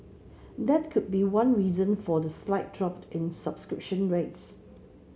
that could be one reason for the slight drop in subscription rates